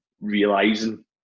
realizing